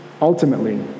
ultimately